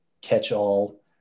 catch-all